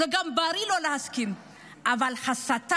זה גם בריא לא להסכים, אבל הסתה?